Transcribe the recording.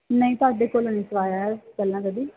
ਨਹੀਂ ਤੁਹਾਡੇ ਕੋਲੋਂ ਨਹੀਂ ਸਵਾਇਆ ਹੈ ਪਹਿਲਾਂ ਕਦੇ